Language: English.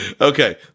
Okay